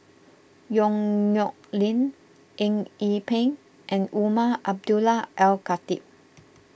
Yong Nyuk Lin Eng Yee Peng and Umar Abdullah Al Khatib